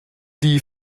die